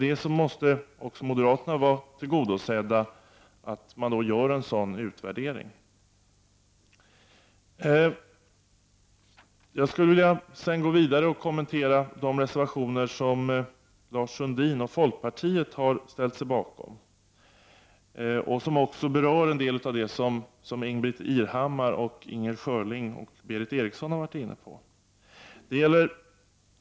Även moderaterna måste vara nöjda med att en sådan utvärdering görs. Jag skall vidare kommentera de reservationer som Lars Sundin och folkpartiet har ställt sig bakom, och de berör en del av det som Ingbritt Irhammar, Inger Schörling och Berith Eriksson har diskuterat här.